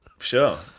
sure